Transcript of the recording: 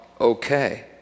okay